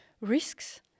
risks